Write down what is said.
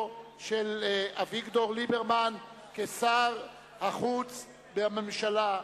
של אביגדור ליברמן כשר החוץ בממשלה.